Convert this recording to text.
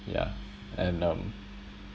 yeah and um